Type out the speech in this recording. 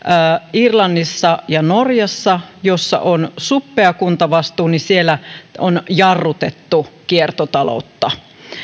irlannissa ja norjassa joissa on suppea kuntavastuu on jarrutettu kiertotaloutta